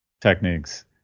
techniques